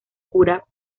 cura